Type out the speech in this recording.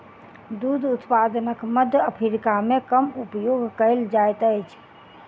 दूध उत्पादनक मध्य अफ्रीका मे कम उपयोग कयल जाइत अछि